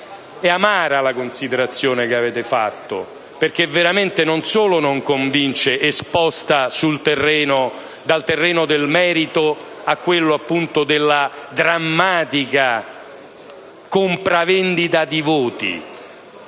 è amara la considerazione che avete fatto. Non solo non convince, ma sposta tutto dal terreno del merito a quello della drammatica compravendita di voti.